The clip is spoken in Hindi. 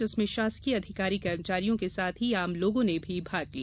जिसमें शासकीय अधिकारी कर्मचारियों के साथ ही आम लोगों ने भी भाग लिया